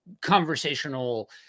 conversational